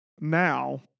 now